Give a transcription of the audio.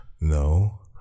no